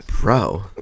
Bro